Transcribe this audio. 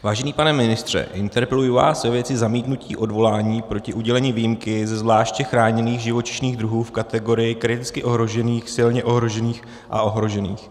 Vážený pane ministře, interpeluji vás ve věci zamítnutí odvolání proti udělení výjimky ze zvláště chráněných živočišných druhů v kategorii kriticky ohrožených, silně ohrožených a ohrožených.